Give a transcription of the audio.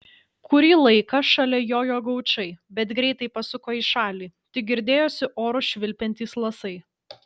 kurį laiką šalia jojo gaučai bet greitai pasuko į šalį tik girdėjosi oru švilpiantys lasai